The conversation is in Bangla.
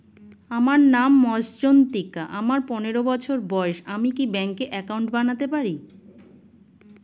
আমার নাম মজ্ঝন্তিকা, আমার পনেরো বছর বয়স, আমি কি ব্যঙ্কে একাউন্ট বানাতে পারি?